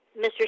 Mr